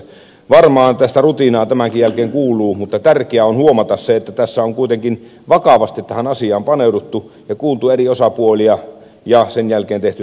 varmaan tästä rutinaa tämänkin jälkeen kuuluu mutta tärkeää on huomata se että tässä on kuitenkin vakavasti tähän asiaan paneuduttu ja kuultu eri osapuolia ja sen jälkeen tehty tämä ratkaisu